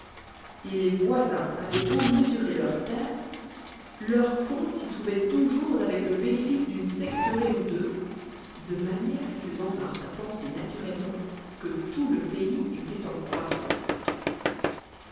et les voisins avaient beau mesurer leurs terres leur compte s'y trouvait toujours avec le bénéfice d'une sexteréo ou deux de manière qu'ils en vinrent à penser naturellement que tout le pays était en croissance